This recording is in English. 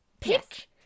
Pick